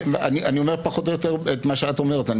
אני אומר פחות או יותר את מה שאת אומרת,